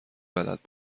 بلد